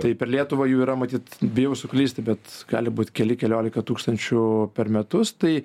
tai per lietuvą jų yra matyt bijau suklysti bet gali būt keli keliolika tūkstančių per metus tai